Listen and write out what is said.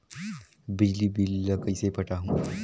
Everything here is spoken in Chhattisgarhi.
बिजली बिल ल कइसे पटाहूं?